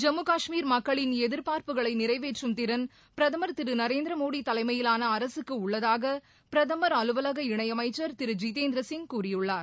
ஜம்மு காஷ்மீர் மக்களின் எதிர்பார்ப்புகளை நிறைவேற்றும் திறன் பிரதமர் திரு நரேந்திரமோடி தலைமையிலான அரசுக்கு உள்ளதாக பிரதமர் அலுவலக இணையமைச்சர் திரு ஜீதேந்திரசிங் கூறியுள்ளார்